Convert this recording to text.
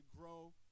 grow